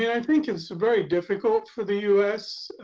i think it's very difficult for the us